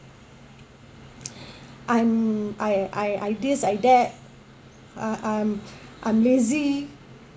I'm I I this I this uh I'm I'm lazy